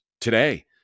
today